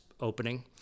opening